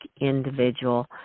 individual